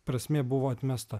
prasmė buvo atmesta